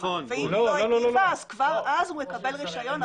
כבר אז הוא מקבל רישיון,